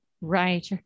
Right